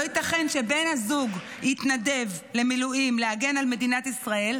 לא ייתכן שבן הזוג יתנדב למילואים להגן על מדינת ישראל,